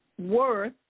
worth